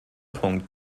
punkt